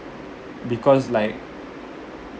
because like